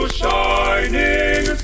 shining